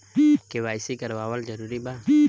KYC करवावल जरूरी बा?